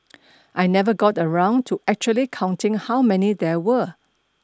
I never got around to actually counting how many there were